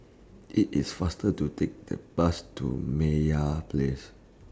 IT IS faster to Take The Bus to Meyer Place